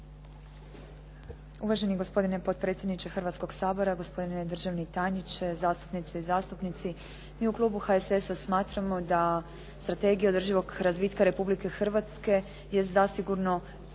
Uvaženi gospodine potpredsjedniče Hrvatskoga sabora, gospodine državni tajniče, zastupnice i zastupnici. Mi u klubu HSS-a smatramo da Strategija održivog razvitka Republike Hrvatske je zasigurno